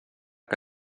que